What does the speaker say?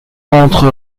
entre